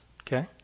Okay